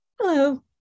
Hello